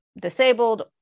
disabled